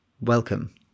Welcome